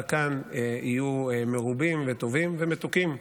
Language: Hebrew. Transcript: כאן יהיו מרובים וטובים ומתוקים כמותך.